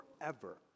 forever